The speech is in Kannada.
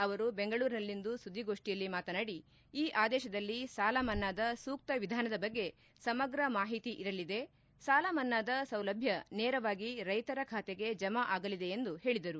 ಅವರು ಬೆಂಗಳೂರಿನಲ್ಲಿಂದು ಸುದ್ದಿಗೋಷ್ಠಿಯಲ್ಲಿ ಮಾತನಾಡಿ ಈ ಆದೇಶದಲ್ಲಿ ಸಾಲಮನ್ನಾದ ಸೂಕ್ತ ವಿಧಾನದ ಬಗ್ಗೆ ಸಮಗ್ರ ಮಾಹಿತಿ ಇರಲಿದೆ ಸಾಲಮನ್ನಾದ ಸೌಲಭ್ಯ ನೇರವಾಗಿ ರೈತರ ಖಾತೆಗೆ ಜಮಾ ಆಗಲಿದೆ ಎಂದು ಹೇಳಿದರು